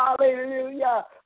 hallelujah